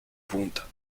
punta